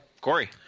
Corey